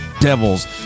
devils